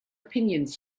opinions